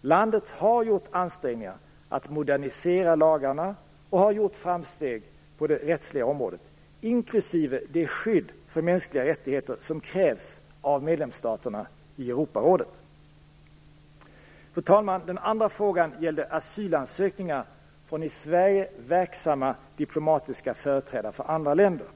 Landet har gjort ansträngningar för att modernisera lagarna och har gjort framsteg på det rättsliga området, inklusive det skydd för mänskliga rättigheter som krävs av medlemsstaterna i Europarådet. Fru talman! Den andra frågan gäller asylansökningar från i Sverige verksamma diplomatiska företrädare för andra länder.